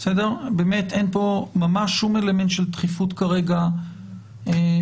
באמת אין פה ממש שום אלמנט של דחיפות כרגע במגמות